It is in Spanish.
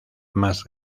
más